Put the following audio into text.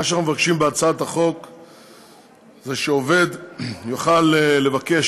מה שאנחנו מבקשים בה זה שעובד יוכל לבקש